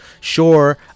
Sure